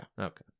Okay